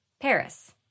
Paris